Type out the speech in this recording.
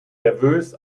nervös